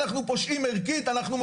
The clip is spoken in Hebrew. אנחנו פושעים ערכית אנחנו,